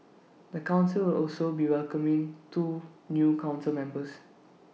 the Council will also be welcoming two new Council members